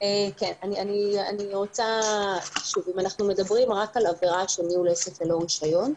אנחנו מדברים רק על עבירה של ניהול עסק ללא רישיון.